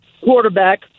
quarterback